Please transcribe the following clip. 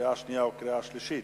קריאה שנייה וקריאה שלישית.